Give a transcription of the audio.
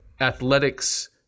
athletics